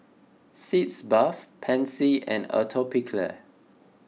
Sitz Bath Pansy and Atopiclair